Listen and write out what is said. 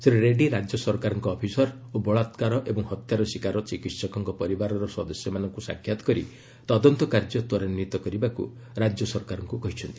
ଶ୍ରୀ ରେଡ୍ଗୀ ରାଜ୍ୟ ସରକାରଙ୍କ ଅଫିସର ଓ ବଳାକାର ଏବଂ ହତ୍ୟାର ଶିକାର ଚିକିହକଙ୍କ ପରିବାରର ସଦସ୍ୟମାନଙ୍କୁ ସାକ୍ଷାତ କରି ତଦନ୍ତ କାର୍ଯ୍ୟ ତ୍ୱରାନ୍ୱିତ କରିବାକୁ ସେ ରାଜ୍ୟ ସରକାରଙ୍କୁ କହିଛନ୍ତି